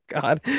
god